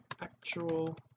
actual